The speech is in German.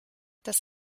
das